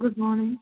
good morning